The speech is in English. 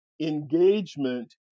engagement